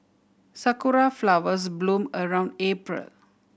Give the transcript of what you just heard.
sakura flowers bloom around April